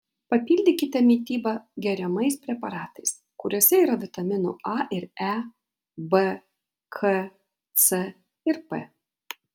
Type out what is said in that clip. papildykite mitybą geriamais preparatais kuriuose yra vitaminų a ir e b k c ir p